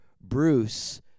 Bruce